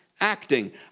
acting